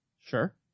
Sure